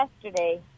yesterday